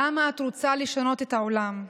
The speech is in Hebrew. למה את רוצה לשנות את העולם?